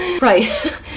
Right